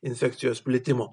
infekcijos plitimo